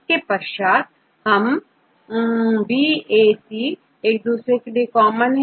इसके पश्चातB औरA C एक दूसरे के लिए कॉमन है